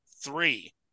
three